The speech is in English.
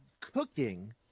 cooking